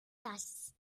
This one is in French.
tasse